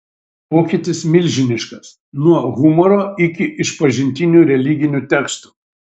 pokytis milžiniškas nuo humoro iki išpažintinių religinių tekstų